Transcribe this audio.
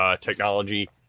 technology